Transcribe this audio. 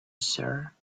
sir